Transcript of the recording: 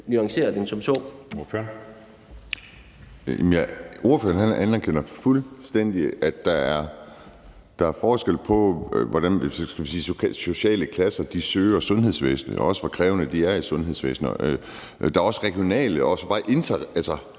Edberg Andersen (NB): Ordføreren anerkender fuldstændig, at der er forskel på, hvordan de såkaldt sociale klasser søger sundhedsvæsenet, og også på, hvor krævende de er i sundhedsvæsenet. Der er regionale forskelle,